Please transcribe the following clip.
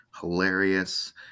hilarious